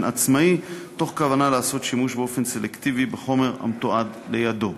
עצמאי מתוך כוונה לעשות שימוש באופן סלקטיבי בחומר המתועד על-ידו.